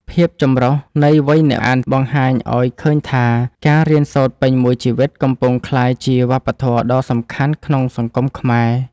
ភាពចម្រុះនៃវ័យអ្នកអាន បង្ហាញឱ្យឃើញថាការរៀនសូត្រពេញមួយជីវិត កំពុងក្លាយជាវប្បធម៌ដ៏សំខាន់ក្នុងសង្គមខ្មែរ។